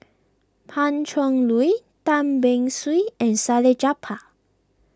Pan Cheng Lui Tan Beng Swee and Salleh Japar